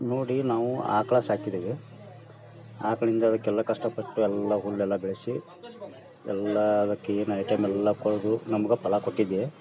ನೋಡಿ ನಾವು ಆಕ್ಳು ಸಾಕಿದ್ದೇವೆ ಆಕಳಿಂದ ಅದಕ್ಕೆಲ್ಲ ಕಷ್ಟಪಟ್ಟು ಎಲ್ಲ ಹುಲ್ಲೆಲ್ಲ ಬೆಳೆಸಿ ಎಲ್ಲ ಅದಕ್ಕೆ ಏನು ಐಟಮೆಲ್ಲ ಕೊಡೋದು ನಮ್ಗೆ ಫಲ ಕೊಟ್ಟಿದೆ